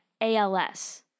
ALS